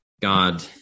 God